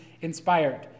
inspired